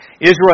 Israel